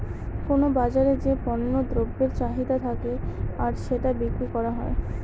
কোনো বাজারে যে পণ্য দ্রব্যের চাহিদা থাকে আর সেটা বিক্রি করা হয়